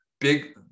Big